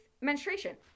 menstruation